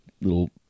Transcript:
little